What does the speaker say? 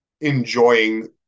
enjoying